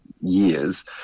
years